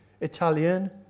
Italian